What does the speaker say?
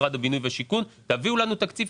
כל פעילות משרד השיכון מפוצלת להרבה תוכניות,